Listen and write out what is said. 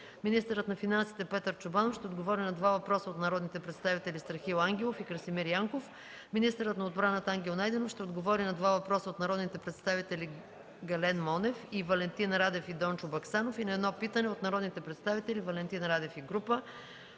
Министърът на финансите Петър Чобанов ще отговори на два въпроса от народните представители Страхил Ангелов и Красимир Янков. Министърът на отбраната Ангел Найденов ще отговори на два въпроса от народните представители Гален Монев, Валентин Радев и Дончо Баксанов и на едно питане от народните представители Валентин Радев и група